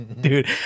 dude